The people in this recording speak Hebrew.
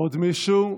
עוד מישהו?